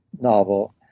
novel